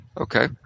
Okay